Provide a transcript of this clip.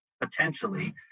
Potentially